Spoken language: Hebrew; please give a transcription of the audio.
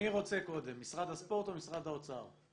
מי רוצה קודם, משרד הספורט או משרד האוצר?